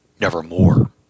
nevermore